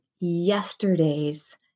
yesterday's